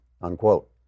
unquote